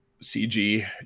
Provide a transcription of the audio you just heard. CG